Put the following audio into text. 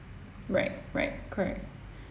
right right correct